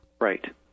Right